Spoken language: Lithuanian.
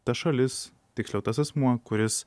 ta šalis tiksliau tas asmuo kuris